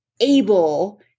able